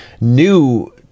new